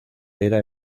era